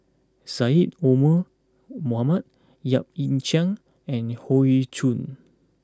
Syed Omar Mohamed Yap Ee Chian and Hoey Choo